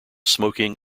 smoking